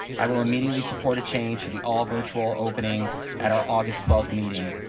i will immediately support a change to the all virtual opening at our august twelfth meeting.